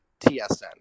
TSN